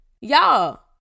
y'all